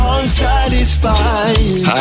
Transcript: unsatisfied